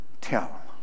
tell